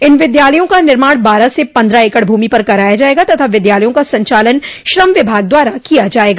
इन विद्यालयों का निर्माण बारह से पन्द्रह एकड़ भूमि पर कराया जायेगा तथा विद्यालयों का संचालन श्रम विभाग द्वारा किया जायेगा